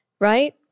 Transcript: Right